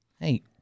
Hey